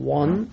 one